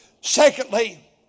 Secondly